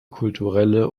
kulturelle